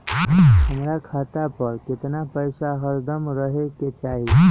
हमरा खाता पर केतना पैसा हरदम रहे के चाहि?